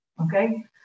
okay